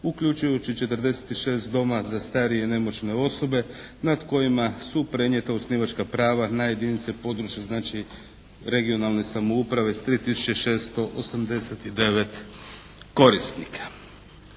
uključujući 46 doma za starije i nemoćne osobe nad kojima su prenijeta osnivačka prava na jedinice područne, znači regionalne samouprave sa 3 tisuće 689 korisnika.